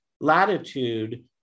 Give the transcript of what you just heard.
latitude